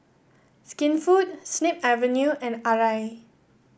Skinfood Snip Avenue and Arai